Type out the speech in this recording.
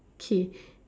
okay